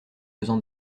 faisant